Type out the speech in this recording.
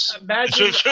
Imagine